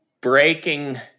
breaking